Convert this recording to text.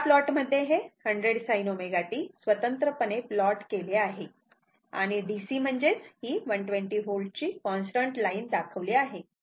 या प्लॉटमध्ये हे 100 sin ω t स्वतंत्रपणे प्लॉट केले आहे आणि DC म्हणजेच ही 120 V ची कॉन्स्टंट लाईन दाखवली आहे